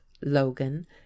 logan